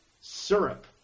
Syrup